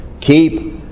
keep